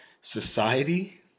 society